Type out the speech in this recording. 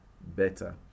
better